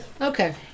Okay